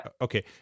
Okay